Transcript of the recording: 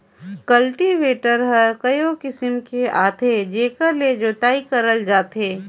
cultivator हर कयो किसम के आथे जेकर ले जोतई करल जाथे